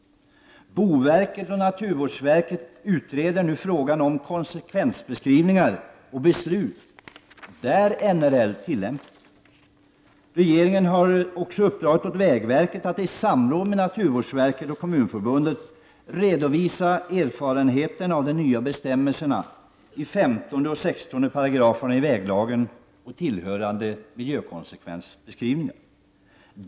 Boverket och naturvårdsverket utreder för närvarande frågan om konsekvensbeskrivningar och beslut där NRL tillämpas. Regeringen har uppdragit åt vägverket att i samråd med naturvårdsverket och Kommunförbundet redovisa erfarenheterna av de nya bestämmelserna i 15 och 16 §§ väglagen och tillhörande miljökonsekvensbeskrivningar.